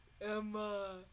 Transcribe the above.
emma